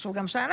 חשוב גם שאנחנו,